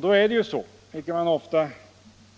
Då är det ju så, vilket man kanske